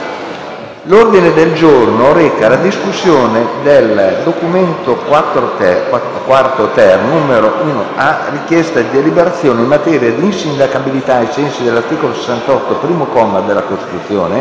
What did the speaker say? L'ordine del giorno reca la discussione del documento: «Richiesta di deliberazione in materia di insindacabilità ai sensi dell'articolo 68, primo comma, della Costituzione,